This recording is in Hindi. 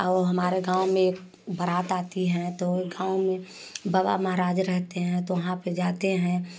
और हमारे गाँव में बरात आती है तो गाँव में बाबा महाराज रहते हैँ तो वहाँ पर जाते हैँ